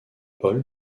paul